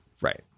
right